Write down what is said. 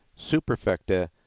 superfecta